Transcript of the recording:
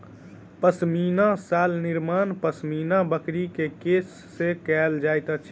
पश्मीना शाल निर्माण पश्मीना बकरी के केश से कयल जाइत अछि